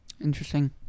Interesting